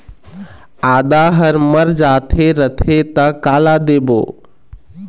आदा हर मर जाथे रथे त काला देबो?